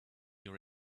your